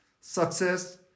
Success